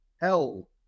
hell